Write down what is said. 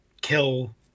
kill